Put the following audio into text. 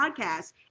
podcast